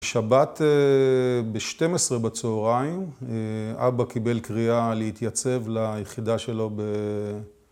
שבת ב-12 בצהריים, אבא קיבל קריאה להתייצב ליחידה שלו ב...